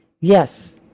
Yes